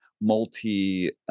multi